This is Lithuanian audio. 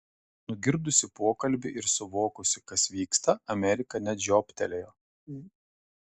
nugirdusi pokalbį ir suvokusi kas vyksta amerika net žiobtelėjo